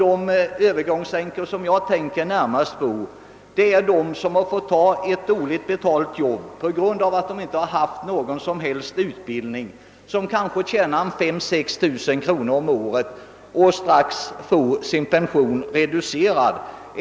De övergångsänkor som jag närmast tänker på är de som fått ta ett dåligt betalt jobb på grund av att de inte haft någon som helst utbildning och som därför kanske tjänar 5 000—56 000 kronor om året och strax får sin pension reducerad.